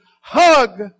hug